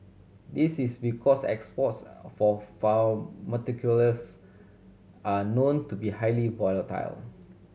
this is because exports for pharmaceuticals are known to be highly volatile